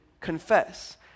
confess